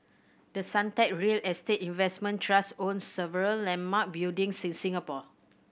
the Suntec real estate investment trust owns several landmark buildings in Singapore